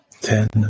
ten